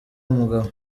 umugabo